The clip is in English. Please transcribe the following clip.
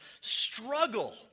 struggle